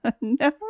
no